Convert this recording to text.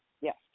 Yes